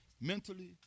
mentally